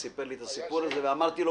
שם סיפרת לי את הסיפור הזה ואמרתי לו